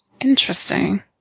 Interesting